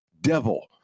devil